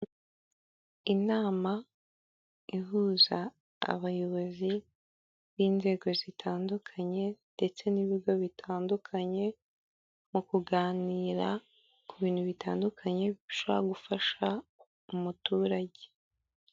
Inama ihuza abayobozi b'inzego zitandukanye, ndetse n'ibigo bitandukanye, mu kuganira kubintu bitandukanye bishobora gufasha umuturage.